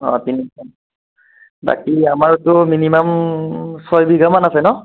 অঁ তিনিশ বাকী আমাৰতো মিনিমাম ছয়বিঘা মান আছে ন